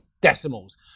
decimals